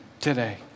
today